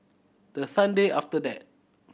the Sunday after that